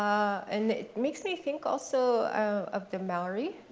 um and it makes me think also of the maori.